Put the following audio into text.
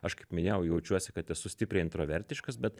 aš kaip minėjau jaučiuosi kad esu stipriai introvertiškas bet